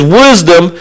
wisdom